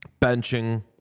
benching